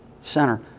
center